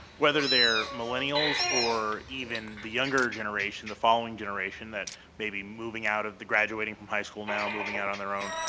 whether they're millennials or even the younger generation, the following generation that may be moving out of the graduating from high school now, moving out on their own,